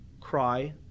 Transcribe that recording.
cry